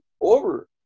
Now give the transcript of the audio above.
over